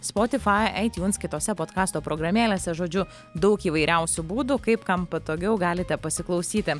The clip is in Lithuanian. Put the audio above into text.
spotifai aitiūns kitose potkasto programėlėse žodžiu daug įvairiausių būdų kaip kam patogiau galite pasiklausyti